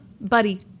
buddy